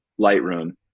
Lightroom